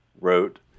wrote